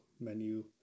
menu